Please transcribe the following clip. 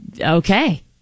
Okay